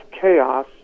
chaos